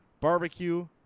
barbecue